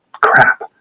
crap